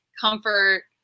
comfort